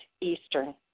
Eastern